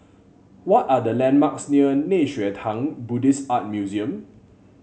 what are the landmarks near Nei Xue Tang Buddhist Art Museum